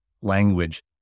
language